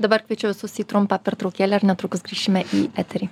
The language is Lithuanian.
dabar kviečiu visus į trumpą pertraukėlę ir netrukus grįšime į eterį